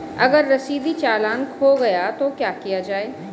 अगर रसीदी चालान खो गया तो क्या किया जाए?